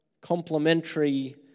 complementary